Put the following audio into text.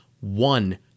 one